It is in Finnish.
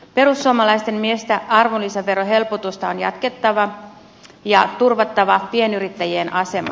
perussuomalaisten mielestä arvonlisäverohelpotusta on jatkettava ja turvattava pienyrittäjien asema